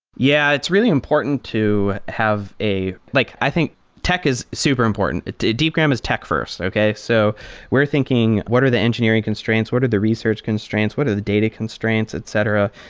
yeah, it's really important to have a like i think tech is super important. deepgram is tech first. okay? so we're thinking what are the engineering constraints? what are the research constraints? what are the data constraints? etc.